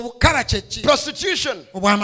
prostitution